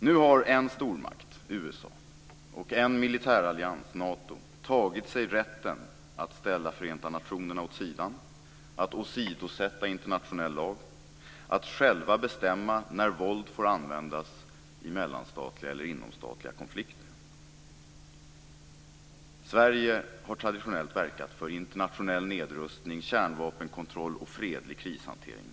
Nu har en stormakt, USA, och en militärallians, Nato, tagit sig rätten att ställa Förenta Nationerna åt sidan, att åsidosätta internationell lag, att själva bestämma när våld får användas i mellanstatliga eller inomstatliga konflikter. Sverige har traditionellt verkat för internationell nedrustning, kärnvapenkontroll och fredlig krishantering.